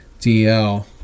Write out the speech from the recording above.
DL